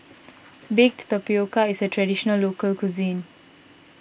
Baked Tapioca is a Traditional Local Cuisine